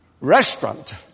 restaurant